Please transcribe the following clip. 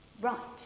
Right